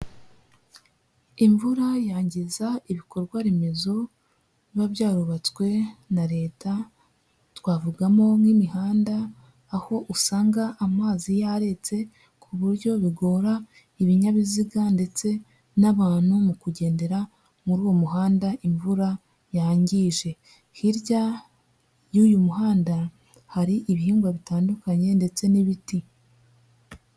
Imvura yangiza ibikorwa remezo biba byarubatswe na Leta, twavugamo nk'imihanda aho usanga amazi yaretse ku buryo bigora ibinyabiziga ndetse n'abantu mu kugendera muri uwo muhanda imvura yangije. Hirya y'uyu muhanda, hari ibihingwa bitandukanye ndetse n'ibiti.